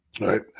right